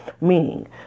Meaning